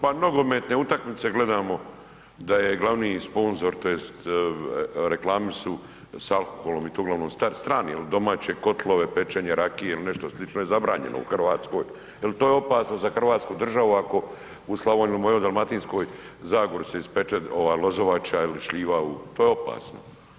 Pa nogometne utakmice gledamo da je glavni sponzor tj. reklame su s alkoholom i to uglavnom stranim jer domaće kotlove, pečenje rakije il nešto slično je zabranjeno u Hrvatskoj jel to je opasno za Hrvatsku državu ako u Slavoniji, u moj Dalmatinskoj zagori se ispeče ova lozovača ili šljiva, to je opasno.